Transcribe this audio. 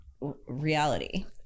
reality